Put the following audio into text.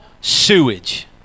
sewage